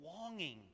longing